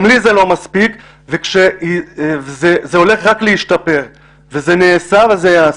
גם לי זה לא מספיק וזה הולך רק להשתפר וזה נעשה וזה יעשה.